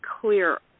clear